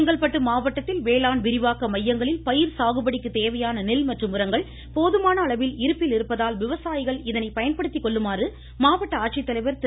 செங்கல்பட்டு மாவட்டத்தில் வேளாண் விரிவாக்க மையங்களில் பயிர் சாகுபடிக்கு தேவையான நெல் மற்றும் உரங்கள் போதுமான அளவில் இருப்பில் இருப்பதால் விவசாயிகள் இதனை பயன்படுத்திக்கொள்ளுமாறு மாவட்ட ஆட்சித்தலைவா் திரு